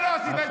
אלי אבידר.